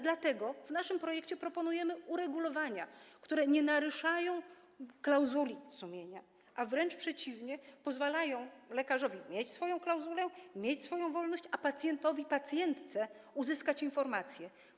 Dlatego w naszym projekcie proponujemy uregulowania, które nie naruszają klauzuli sumienia, a wręcz przeciwnie, pozwalają lekarzowi mieć swoją klauzulę, mieć swoją wolność, a pacjentowi, pacjentce uzyskać informacje.